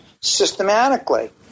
systematically